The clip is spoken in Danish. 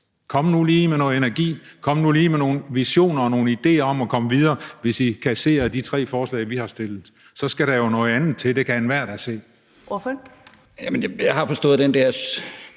Kom nu lige med noget energi, kom nu lige med nogle visioner og nogle idéer om at komme videre. Hvis I kasserer de tre forslag, vi har stillet, skal der jo noget andet til. Det kan enhver da se.